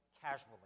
casually